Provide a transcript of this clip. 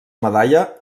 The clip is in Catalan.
medalla